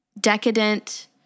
decadent